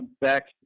back